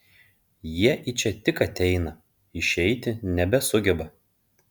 jie į čia tik ateina išeiti nebesugeba